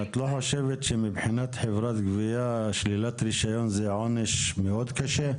את לא חושבת שמבחינת חברת גבייה שלילת רישיון זה עונש מאוד קשה?